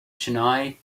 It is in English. chennai